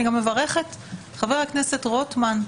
אני גם מברכת שחבר הכנסת רוטמן,